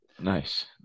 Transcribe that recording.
Nice